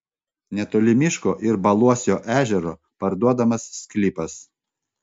netoli miško ir baluosio ežero parduodamas sklypas